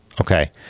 Okay